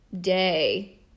day